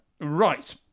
Right